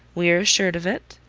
we are assured of it.